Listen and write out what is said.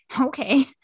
okay